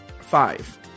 Five